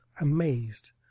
amazed